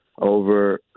over